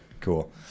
cool